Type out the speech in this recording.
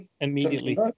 immediately